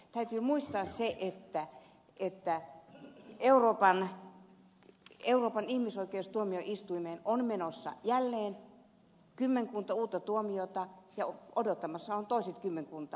täytyy muistaa se että euroopan ihmisoikeustuomioistuimeen on menossa jälleen kymmenkunta uutta kantelua ja odottamassa on toiset kymmenkunta